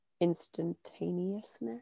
instantaneousness